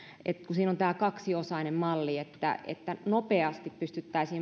siinä on tämä kaksiosainen malli että että nopeasti pystyttäisiin